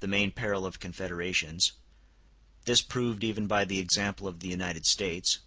the main peril of confederations this proved even by the example of the united states